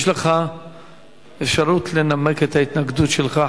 יש לך אפשרות לנמק את ההתנגדות שלך.